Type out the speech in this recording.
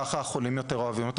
ככה החולים יותר אוהבים אותו.